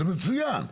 זה מצוין.